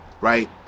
right